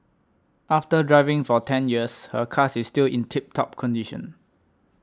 after driving for ten years her car is still in tip top condition